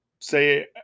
say